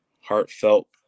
heartfelt